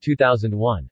2001